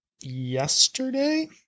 yesterday